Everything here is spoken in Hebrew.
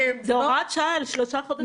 הוראת שעה לשלושה חודשים.